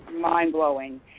mind-blowing